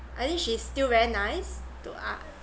I think she's still very nice to us